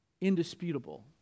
indisputable